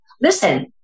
listen